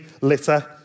litter